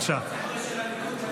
מגיע להם.